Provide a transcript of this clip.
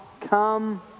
Come